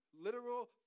literal